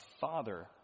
father